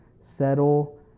settle